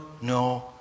no